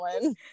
one